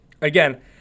Again